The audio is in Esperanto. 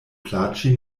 plaĉi